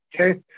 okay